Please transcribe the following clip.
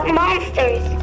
monsters